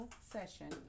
session